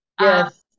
Yes